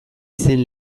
zen